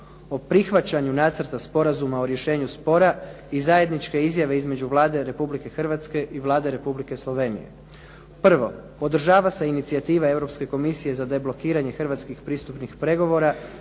o prihvaćanju Nacrta sporazuma o rješenju spora i zajedničke izjave između Vlade Republike Hrvatske i Vlade Republike Slovenije. Prvo. Održava se inicijativa Europske komisije za deblokiranje hrvatskih pristupnih pregovora,